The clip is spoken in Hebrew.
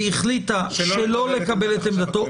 "והחליטה שלא לקבל את עמדתו,